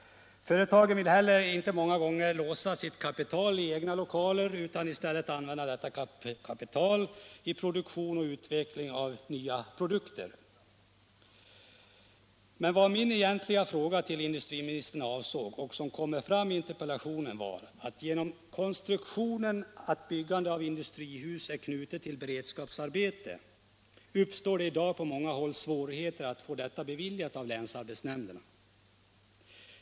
Företagen vill många gånger inte låsa sitt kapital i egna lokaler utan vill i stället använda detta kapital i produktion och utveckling av nya produkter. Eftersom det statliga stödet för byggande av industrihus är knutet till beredskapsarbete uppstår det i dag på många håll svårigheter att få tillstånd av länsarbetsnämnderna.